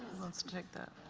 let's take that.